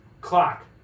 Clock